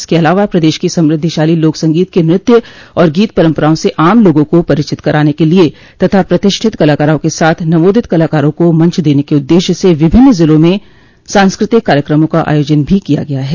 इसके अलावा प्रदेश की समृद्धिशाली लोकसंगीत के नृत्य और गीत परम्पराओं से आम लोगों को परिचित कराने के लिये तथा प्रतिष्ठत कलाकारों के साथ नवोदित कलाकारों को मंच देने के उददेश्य से विभिन्न जिलों में सांस्कृतिक कार्यक्रमों का आयोजन भी किया गया है